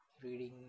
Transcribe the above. reading